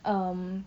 um